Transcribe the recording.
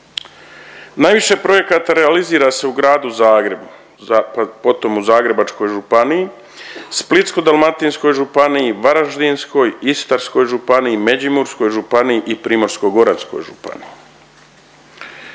Najviše projekta realizira se u gradu Zagrebu, pa potom u Zagrebačkoj županiji, Splitsko-dalmatinskoj županiji, Varaždinskoj, Istarskoj županiji, Međimurskoj županiji i Primorsko-goranskoj županiji.